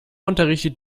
unterrichtet